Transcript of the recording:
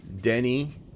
Denny